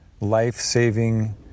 life-saving